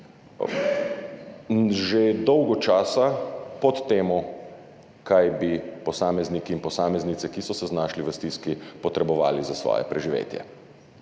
že dolgo časa pod tem, kaj bi posamezniki in posameznice, ki so se znašli v stiski, potrebovali za svoje preživetje.